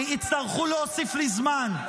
יצטרכו להוסיף לי זמן,